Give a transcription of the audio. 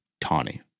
Tawny